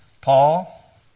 Paul